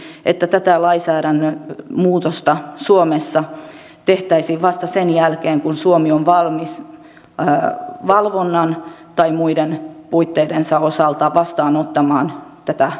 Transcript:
toki toivoisin että tätä lainsäädäntömuutosta suomessa tehtäisiin vasta sen jälkeen kun suomi on valmis valvonnan tai muiden puitteidensa osalta vastaanottamaan tätä lievennystä